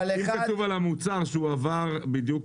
כי אם כתוב על המוצר שהוא עבר בדיוק